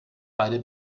beide